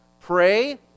pray